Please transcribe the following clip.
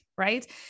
Right